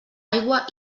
aigua